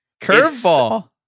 Curveball